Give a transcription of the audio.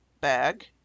bag